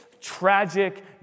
tragic